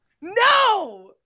No